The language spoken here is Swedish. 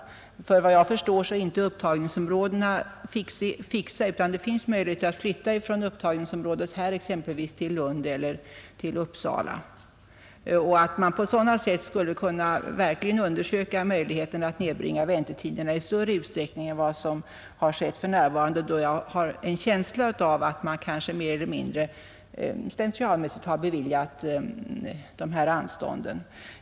Efter vad jag förstår är inte upptagningsområdena fixa, utan det finns möjligheter att göra en förflyttning här från Stockholm till Lund eller Uppsala. Man skulle verkligen kunna undersöka om man inte på sådant sätt kan nedbringa väntetiderna i större utsträckning än vad som skett för närvarande, då det förefaller som om anstånd mer eller mindre slentrianmässigt har beviljats.